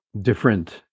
different